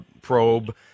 probe